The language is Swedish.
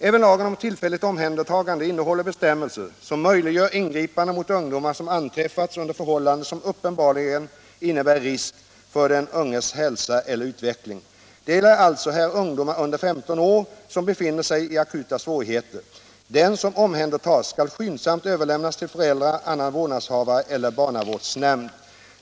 Även lagen om tillfälligt omhändertagande innehåller bestämmelser som möjliggör ingripanden mot ungdomar som anträffas under förhållanden som uppenbarligen innebär risk för den unges hälsa eller utveckling. Det gäller alltså här ungdomar under 15 år som befinner sig i akuta svårigheter. Den som omhändertas skall skyndsamt överlämnas till föräldrar, annan vårdnadshavare eller barnavårdsnämnd.